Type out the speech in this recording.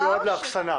מקום שמיועד לאחסנה,